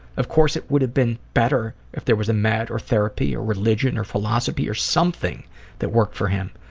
of course, it would have been better if there was a med or therapy or religion or philosophy or something that worked for him.